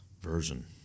version